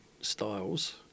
styles